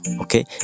Okay